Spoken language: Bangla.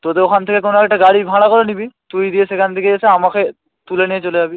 তোদের ওখান থেকে কোনো একটা গাড়ি ভাড়া করে নিবি তুই দিয়ে সেখান থেকে এসে আমাকে তুলে নিয়ে চলে যাবি